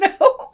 No